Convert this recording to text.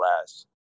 less